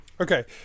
Okay